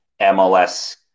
MLS